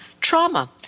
trauma